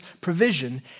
provision